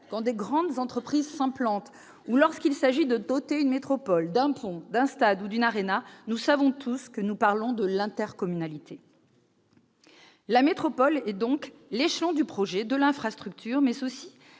quand de grandes entreprises s'implantent, quand il s'agit de doter une métropole d'un pont, d'un stade ou d'une « arena », nous savons tous que nous parlons de l'intercommunalité. La métropole est donc l'échelon du projet, de l'infrastructure, mais aussi